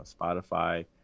Spotify